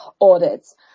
audits